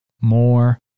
more